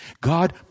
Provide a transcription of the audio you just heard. God